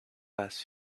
last